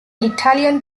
italian